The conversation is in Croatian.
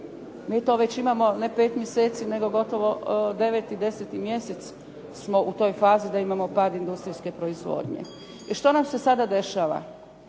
Mi to već imamo ne 5 mjeseci, nego gotovo 9. i 10. mjesec smo u toj fazi da imamo pad industrijske proizvodnje. I što nam se sada dešava?